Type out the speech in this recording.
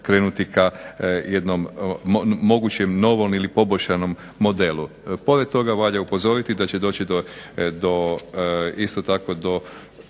krenuti ka jednom mogućem novom ili poboljšanom modelu. Pored toga valja upozoriti da će doći do